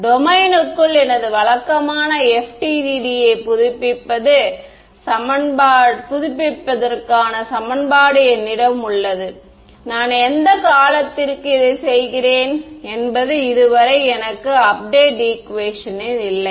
டொமைனுக்குள் எனது வழக்கமான FDTD புதுப்பிப்பு சமன்பாடு என்னிடம் உள்ளது நான் எந்த காலத்திற்கு இதைச் செய்கிறேன் என்பது இதுவரை எனக்கு அப்டேட் ஈகுவேஷன்னில் இல்லை